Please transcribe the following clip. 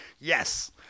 Yes